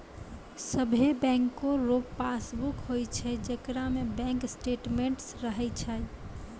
सभे बैंको रो पासबुक होय छै जेकरा में बैंक स्टेटमेंट्स रहै छै